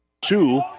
two